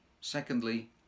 Secondly